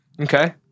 Okay